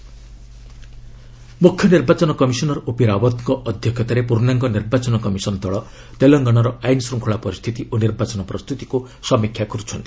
EC Telangana ମୁଖ୍ୟ ନିର୍ବାଚନ commissioner OP ରାଓ୍ୱତ୍ଙ୍କ ଅଧ୍ୟକ୍ଷତାରେ ପୁର୍ଷାଙ୍ଗ ନିର୍ବାଚନ କମିଶନ୍ ଦଳ ତେଲଙ୍ଗନାର ଆଇନ୍ ଶୃଙ୍ଖଳା ପରିସ୍ଥିତି ଓ ନିର୍ବାଚନ ପ୍ରସ୍ତୁତିକୁ ସମୀକ୍ଷା କରୁଛନ୍ତି